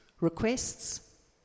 requests